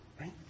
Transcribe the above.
Right